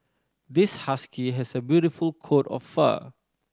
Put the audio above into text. this husky has a beautiful coat of fur